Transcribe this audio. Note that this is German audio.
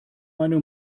meine